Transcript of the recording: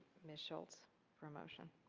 mrs. schultz for a motion.